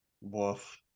Woof